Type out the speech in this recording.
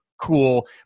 cool